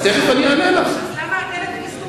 מביאה אותם.